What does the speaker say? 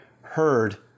heard